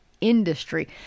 industry